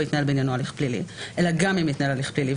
התנהל בעניינו הליך פלילי אלא גם אם התנהל הליך פלילי.